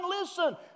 listen